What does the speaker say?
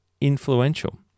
influential